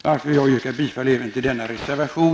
Jag yrkar därför bifall även till denna reservation.